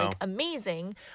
amazing